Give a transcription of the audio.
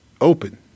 open